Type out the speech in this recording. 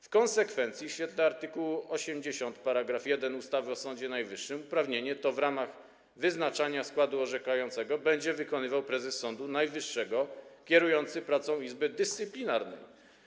W konsekwencji w świetle art. 80 § 1 ustawy o Sądzie Najwyższym uprawnienie to w ramach wyznaczania składu orzekającego będzie wykonywał prezes Sądu Najwyższego kierujący pracą Izby Dyscyplinarnej.